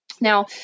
Now